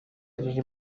riri